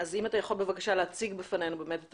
אז אם אתה יכול בבקשה להציג בפנינו באמת את